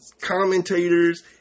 commentators